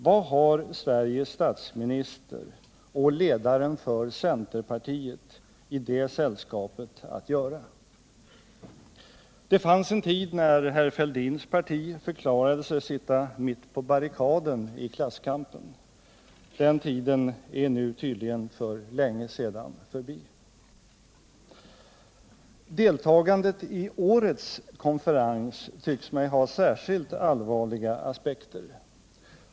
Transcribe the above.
Vad har Sveriges statsminister och ledaren för centerpartiet i det sällskapet att göra? Det fanns en tid när herr Fälldins parti förklarade sig sitta mitt på barrikaden i klasskampen. Den tiden är tydligen nu för länge sedan förbi. Deltagandet i årets konferens tycks mig ha särskilt allvarliga aspekter.